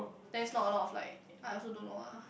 that's not a lot of like I also don't know ah